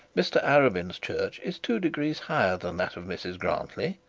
mr arabin's church is two degrees higher than that of mrs grantly.